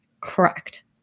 Correct